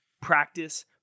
Practice